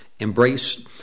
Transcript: embrace